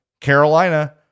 Carolina